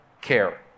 care